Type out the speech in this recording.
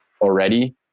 already